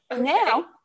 now